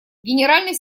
генеральный